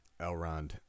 Elrond